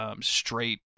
straight